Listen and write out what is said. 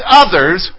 others